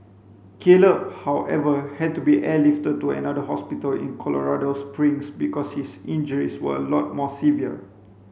Caleb however had to be airlifted to another hospital in Colorado Springs because his injuries were a lot more severe